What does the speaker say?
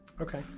okay